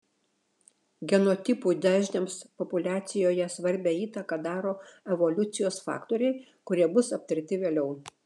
genotipų dažniams populiacijoje svarbią įtaką daro evoliucijos faktoriai kurie bus aptarti vėliau